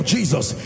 Jesus